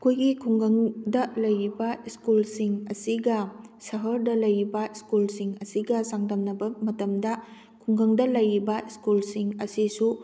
ꯑꯩꯈꯣꯏꯒꯤ ꯈꯨꯡꯒꯪꯗ ꯂꯩꯔꯤꯕ ꯏꯁꯀꯨꯜꯁꯤꯡ ꯑꯁꯤꯒ ꯁꯍꯔꯗ ꯂꯩꯔꯤꯕ ꯏꯁꯀꯨꯜꯁꯤꯡ ꯑꯁꯤꯒ ꯆꯥꯡꯗꯝꯅꯕ ꯃꯇꯝꯗ ꯈꯨꯡꯒꯪꯗ ꯂꯩꯔꯤꯕ ꯁ꯭ꯀꯨꯜꯁꯤꯡ ꯑꯁꯤꯁꯨ